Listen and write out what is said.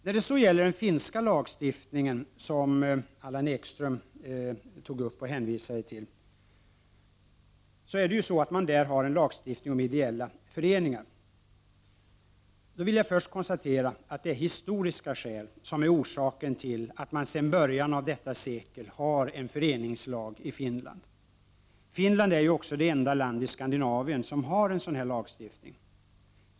När det så gäller den finska lagstiftningen om ideella föreningar, som Allan Ekström hänvisade till, kan först konstateras att det är historiska skäl som är orsaken till att man sedan början av detta sekel har en föreningslag i Finland. Finland är ju också det enda land i Skandinavien som har en sådan lagstiftning.